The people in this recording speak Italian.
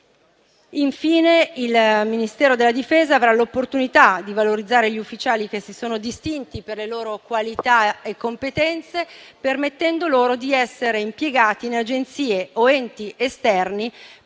Infine, il Ministero della difesa avrà l'opportunità di valorizzare gli ufficiali che si sono distinti per le loro qualità e competenze, permettendo loro di essere impiegati in Agenzie o enti esterni